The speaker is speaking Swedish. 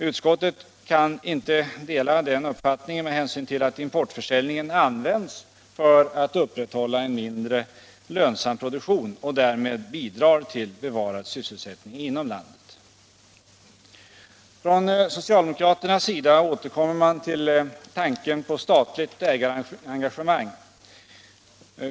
Utskottet kan inte dela den uppfattningen med hänsyn till att importförsäljningen används för att upprätthålla en mindre lönsam produktion och därmed bidrar till bevarad sysselsättning inom landet. Åtgärder för textil Från socialdemokraternas sida återkommer man till tanken på statligt och konfektionsägarengagemang.